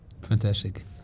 Fantastic